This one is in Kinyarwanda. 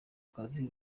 kazi